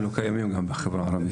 הם לא קיימים בחברה הערבית.